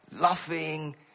laughing